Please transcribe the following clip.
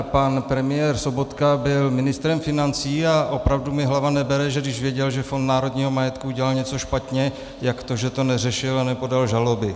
Pan premiér Sobotka byl ministrem financí a opravdu mi hlava nebere, že když věděl, že Fond národního majetku udělal něco špatně, jak to, že to neřešil a nepodal žaloby.